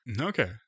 Okay